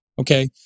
Okay